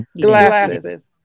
glasses